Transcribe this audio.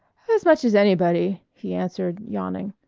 as much as anybody, he answered, yawning.